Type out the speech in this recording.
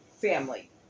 family